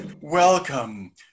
welcome